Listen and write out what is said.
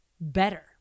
better